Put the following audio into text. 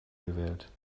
gewählt